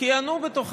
כיהנו בה.